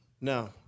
No